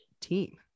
team